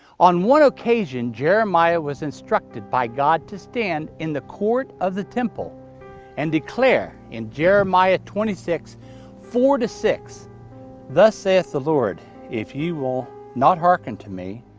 on one occasion, jeremiah was instructed by god to stand in the court of the temple and declare in jeremiah twenty six four six thus saith the lord if ye will not hearken to me,